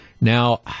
Now